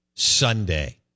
Sunday